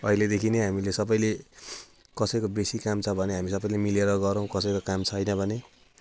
अहिलेदेखि नै हामीले सबैले कसैको बेसी काम छ भने हामी सबैले मिलेर गरौँ कसैको काम छैन भने